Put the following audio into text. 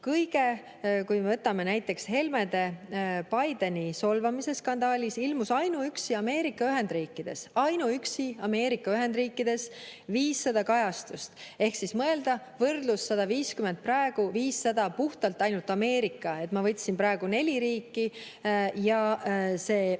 on. Kui me võtame näiteks Helmede Bideni solvamise skandaali, siis ilmus ainuüksi Ameerika Ühendriikides – ainuüksi Ameerika Ühendriikides! – 500 kajastust. Ehk siis mõelda, võrdlus: 150 praegu, 500 ainult Ameerikas [toona]. Ma võtsin praegu neli riiki ja puhtalt